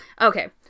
Okay